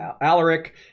Alaric